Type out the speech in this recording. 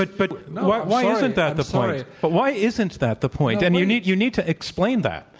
but but why why isn't that the point? but why isn't that the point? and you need you need to explain that.